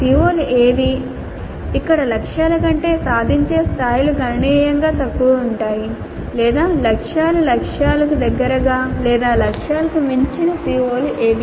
CO లు ఏవి ఇక్కడ లక్ష్యాల కంటే సాధించే స్థాయిలు గణనీయంగా తక్కువగా ఉంటాయి లేదా లక్ష్యాలు లక్ష్యాలకు దగ్గరగా లేదా లక్ష్యాలను మించిన CO లు ఏవి